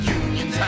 union